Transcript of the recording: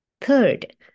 Third